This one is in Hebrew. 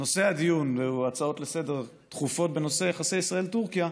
ונושא הדיון הוא הצעות דחופות לסדר-היום בנושא יחסי ישראל טורקיה,